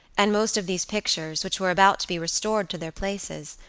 and most of these pictures, which were about to be restored to their places,